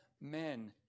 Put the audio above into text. men